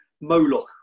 Moloch